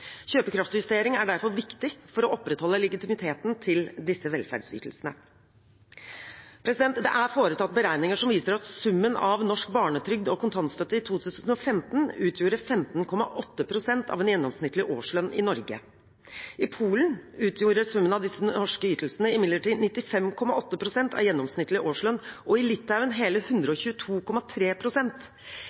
er derfor viktig for å opprettholde legitimiteten til disse velferdsytelsene. Det er foretatt beregninger som viser at summen av norsk barnetrygd og kontantstøtte i 2015 utgjorde 15,8 pst. av en gjennomsnittlig årslønn i Norge. I Polen utgjorde summen av disse norske ytelsene imidlertid 95,8 pst. av gjennomsnittlig årslønn, og i Litauen hele